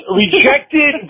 rejected